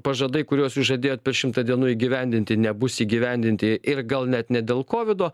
pažadai kuriuos jūs žadėjot per šimtą dienų įgyvendinti nebus įgyvendinti ir gal net ne dėl kovido